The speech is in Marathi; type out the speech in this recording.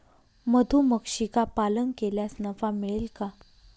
मधुमक्षिका पालन केल्यास नफा मिळेल का?